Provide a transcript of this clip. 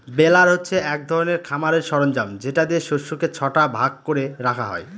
বেলার হচ্ছে এক ধরনের খামারের সরঞ্জাম যেটা দিয়ে শস্যকে ছটা ভাগ করে রাখা হয়